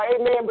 amen